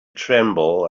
tremble